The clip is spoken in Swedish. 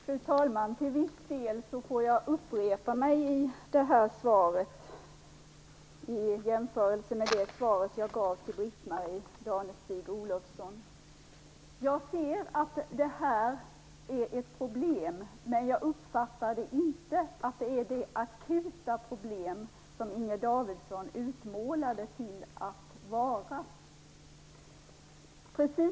Fru talman! Till viss del får jag i det här svaret upprepa vad jag sade till Britt-Marie Danestig Olofsson: Jag ser att det här är ett problem, men jag uppfattar det inte som det akuta problem Inger Davidson utmålar det som.